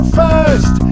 first